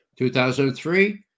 2003